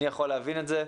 אני יכול להבין את זה.